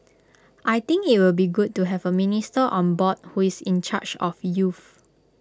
I think IT will be good to have A minister on board who is in charge of youth